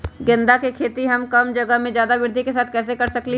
गेंदा के खेती हम कम जगह में ज्यादा वृद्धि के साथ कैसे कर सकली ह?